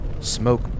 Smoke